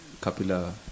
Kapila